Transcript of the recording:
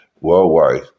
worldwide